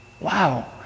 Wow